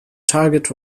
target